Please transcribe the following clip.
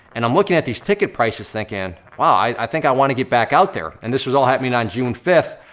and i'm looking at these ticket prices thinking, wow, i think i wanna get back out there. and this was all happening on june fifth,